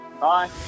Bye